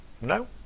No